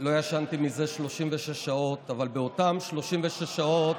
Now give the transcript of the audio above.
לא ישנתי זה 36 שעות, אבל באותן 36 שעות,